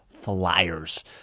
flyers